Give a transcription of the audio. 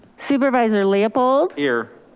supervisor leopold? here.